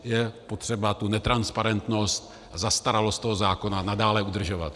Je potřeba tu netransparentnost, zastaralost toho zákona nadále udržovat.